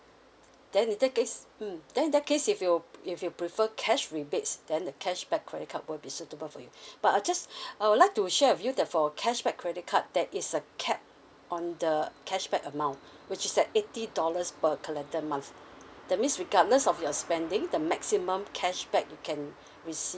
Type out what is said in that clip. then in that case mm then that case if you if you prefer cash rebate then the cashback credit card will be suitable for you but I'll just I would like to share with you the for cashback credit card that is a cap on the cashback amount which is at eighty dollars per calendar month that means regardless of your spending the maximum cashback you can rece~